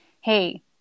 hey